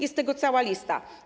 Jest tego cała lista.